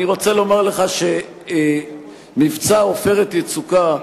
אני רוצה לומר לכם שמבצע "עופרת יצוקה"